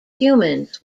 humans